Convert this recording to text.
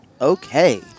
okay